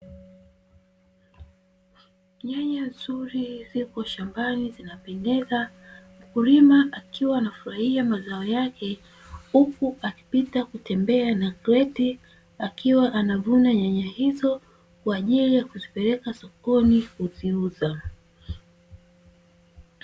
Nyanya nzuri zipo shambani zinapendeza, mkulima akiwa anafurahia mazao yake huku akipita kutembea na kreti, akiwa anavuna nyanya hizo kwa ajili ya kuzipeleka sokoni kuziuza.